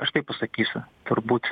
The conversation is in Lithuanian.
aš taip pasakysiu turbūt